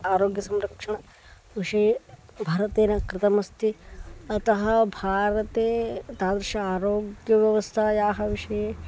आरोग्यसंरक्षणविषये भारतेन कृतमस्ति अतः भारते तादृशी आरोग्यव्यवस्थायाः विषये